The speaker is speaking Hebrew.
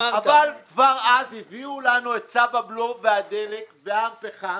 כבר אז הביאו לנו את צו הבלו והדלק והפחם